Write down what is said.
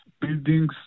Buildings